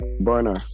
Burner